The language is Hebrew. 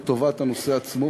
לטובת הנושא עצמו.